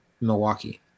milwaukee